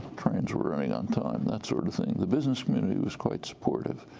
trains were running on time, that sort of thing. the business community was quite supportive.